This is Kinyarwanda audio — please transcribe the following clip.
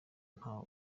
ntaho